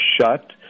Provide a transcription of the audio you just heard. shut